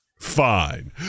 Fine